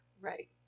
Right